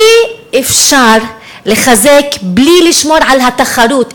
אי-אפשר לחזק בלי לשמור על התחרות.